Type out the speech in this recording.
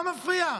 מה מפריע?